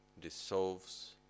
dissolves